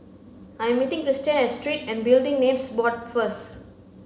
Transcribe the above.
I am meeting Cristian at Street and Building Names Board first